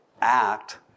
act